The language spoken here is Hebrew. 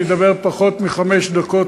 אני אדבר פחות מחמש דקות,